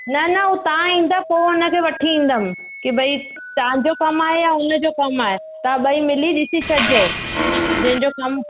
न न उहो तव्हां ईंदा पोइ हुनखे वठी ईंदमि के भई तव्हांजो कमु आहे या हुनजो कमु आहे तव्हां ॿई मिली ॾिसी छॾिजो जंहिं जो कमु